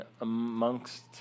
amongst